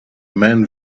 man